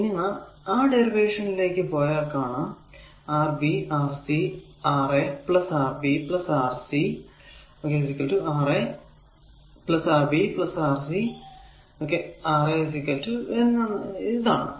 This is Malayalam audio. ഇനി നാം ആ ഡെറിവേഷൻ ലേക്ക് പോയാൽ കാണാം a Rb Rc Ra Rb Rc a Ra Rb Rc R a Ra Rb Ra Rb rc എന്നതാണ്